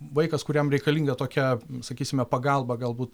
vaikas kuriam reikalinga tokia sakysime pagalba galbūt